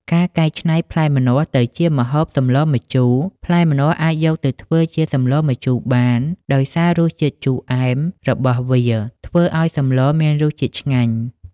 ការកែច្នៃផ្លែម្នាស់ទៅជាម្ហូបសម្លរម្ជូរ ផ្លែម្នាស់អាចយកទៅធ្វើជាសម្លរម្ជូរបាន ដោយសាររសជាតិជូរអែមរបស់វាធ្វើឲ្យសម្លរមានរសជាតិឆ្ងាញ់។